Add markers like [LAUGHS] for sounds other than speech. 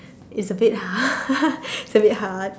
it's a bit [LAUGHS] it's a bit hard